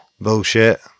bullshit